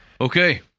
Okay